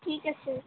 ঠিক আছে